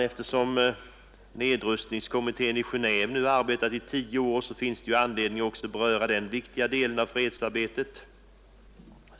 Eftersom nedrustningskommittén i Genéve nu arbetat i tio år finns det anledning att också beröra denna viktiga del av fredsarbetet.